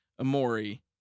Amori